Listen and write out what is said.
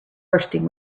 bursting